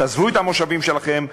תעזבו את המושבים שלכם,